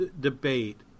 debate